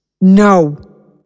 No